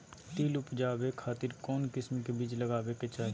तिल उबजाबे खातिर कौन किस्म के बीज लगावे के चाही?